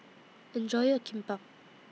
Enjoy your Kimbap